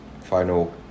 Final